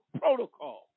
protocol